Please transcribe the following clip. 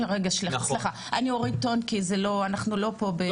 רגע, סליחה אני אוריד טון כי אנחנו לא במלחמה.